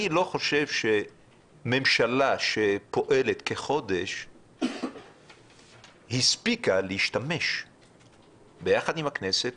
אני לא חושב שממשלה שפועלת כחודש הספיקה להשתמש יחד עם הכנסת